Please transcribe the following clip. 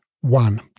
One